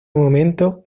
momento